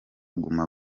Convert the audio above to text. guma